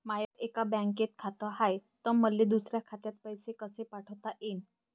माय एका बँकेत खात हाय, त मले दुसऱ्या खात्यात पैसे कसे पाठवता येईन?